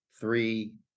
three